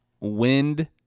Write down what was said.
wind